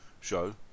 show